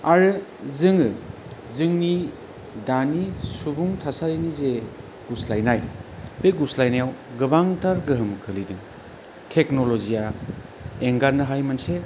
आरो जोङो जोंनि दानि सुबुं थासारिनि जे गुस्लायनाय बे गुस्लायनायाव गोबांथार गोहोम खोलैदों टेक्न'ल'जिया एंगारनो हायै मोनसे